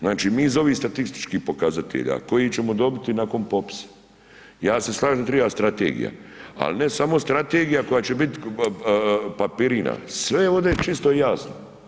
Znači mi iz ovih statističkih pokazatelja koje ćemo dobiti nakon popisa, ja se slažem da treba strategija ali ne samo strategija koja će biti papirina, sve ovdje je čisto i jasno.